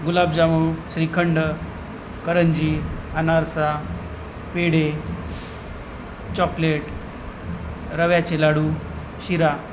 गुलाबजामुन श्रीखंड करंजी अनारसा पेढे चॉकलेट रव्याचे लाडू शिरा